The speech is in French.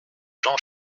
jean